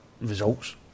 results